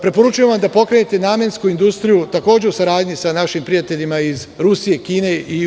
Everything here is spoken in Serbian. Preporučujem vam da pokrenete namensku industriju, takođe u saradnji sa našim prijateljima iz Rusije, Kine i UAE.